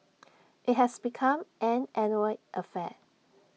IT has become an annual affair